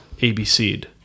ABC'd